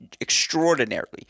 extraordinarily